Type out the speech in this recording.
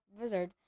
wizard